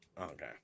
Okay